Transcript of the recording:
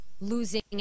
losing